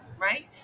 Right